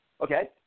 Okay